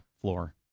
floor